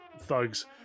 thugs